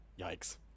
Yikes